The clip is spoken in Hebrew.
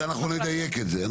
אנחנו נדייק את זה.